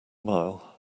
mile